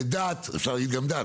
בדת אפשר להגיד גם דת,